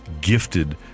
gifted